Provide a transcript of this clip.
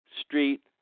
Street